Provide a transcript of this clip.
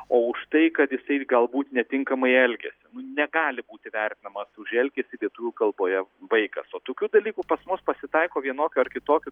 o už tai kad jisai galbūt netinkamai elgiasi negali būti vertinamas už elgesį lietuvių kalboje vaikas o tokių dalykų pas mus pasitaiko vienokių ar kitokių